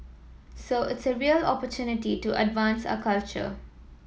so it's a real opportunity to advance our culture